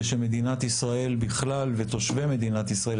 שמדינת ישראל בכלל ותושבי מדינת ישראל,